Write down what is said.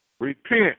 Repent